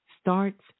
starts